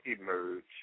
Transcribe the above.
Emerge